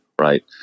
right